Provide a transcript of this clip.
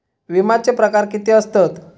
विमाचे प्रकार किती असतत?